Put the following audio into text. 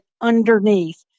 underneath